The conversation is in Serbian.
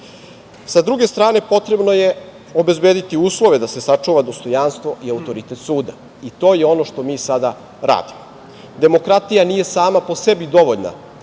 druge strane, potrebno je obezbediti uslove da se sačuva dostojanstvo i autoritet suda, i to je ono što mi sada radimo. Demokratija nije sama po sebi dovoljna